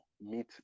meet